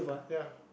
ya